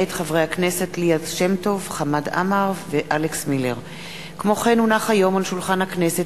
החל בהצעת חוק פ/3319/18 וכלה בהצעת חוק פ/3328/18,